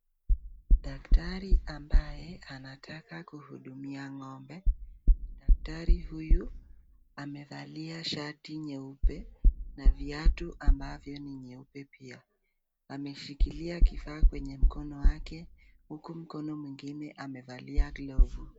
Daktari ambaye anataka kuhudumia ng'ombe. Daktari huyu amevalia shati nyeupe na viatu ambavyo ni nyeupe pia. Ameshikilia kifaa kwenye mkono wake huku mkono mwingine amevalia glovu .